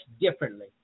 differently